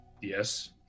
Yes